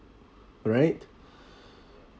right